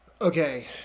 Okay